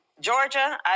Georgia